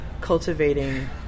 cultivating